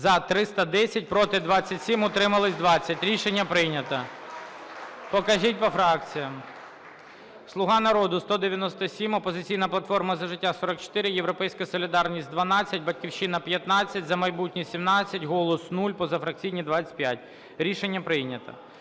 За-310 Проти – 27, утрималось – 20. Рішення прийнято. По кажіть по фракціях. "Слуга народу" – 197, "Опозиційна платформа – За життя" – 44, "Європейська солідарність" – 12, "Батьківщина" – 15, "За майбутнє" – 17, "Голос" – 0, позафракційні – 25. Рішення прийнято.